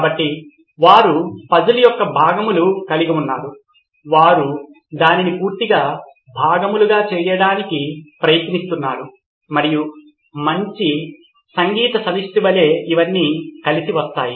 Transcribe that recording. కాబట్టి వారు పజిల్ యొక్క భాగములు కలిగి ఉన్నారు వారు దానిని పూర్తిగా భాగములుగా చేయడానికి ప్రయత్నిస్తున్నారు మరియు మంచి సంగీత సమిష్టి వలె ఇవన్నీ కలిసి వస్తాయి